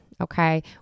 okay